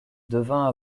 devient